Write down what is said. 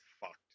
fucked